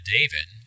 David